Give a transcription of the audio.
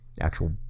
actual